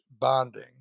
bonding